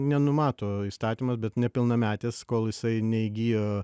nenumato įstatymas bet nepilnametis kol jisai neįgijo